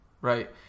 right